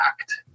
act